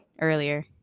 earlier